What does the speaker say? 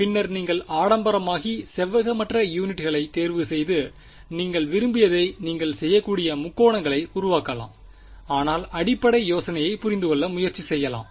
பின்னர் நீங்கள் ஆடம்பரமாகி செவ்வகமற்ற யூனிட்களை தேர்வுசெய்து நீங்கள் விரும்பியதை நீங்கள் செய்யக்கூடிய முக்கோணங்களை உருவாக்கலாம் ஆனால் அடிப்படை யோசனையை புரிந்து கொள்ள முயற்சி செய்யலாம்